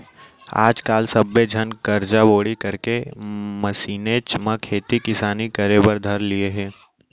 आज काल सब्बे झन करजा बोड़ी करके मसीनेच म खेती किसानी करे बर धर लिये हें